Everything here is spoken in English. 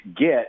get